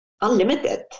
unlimited